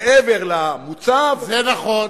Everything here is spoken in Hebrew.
מעבר למוצב, זה נכון.